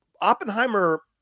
oppenheimer